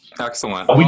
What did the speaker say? Excellent